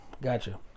Gotcha